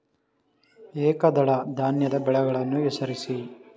ಏಕದಳ ಧಾನ್ಯದ ಬೆಳೆಗಳನ್ನು ಹೆಸರಿಸಿ?